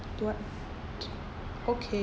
do I okay